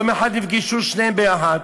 יום אחד נפגשו שניהם ביחד.